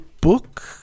book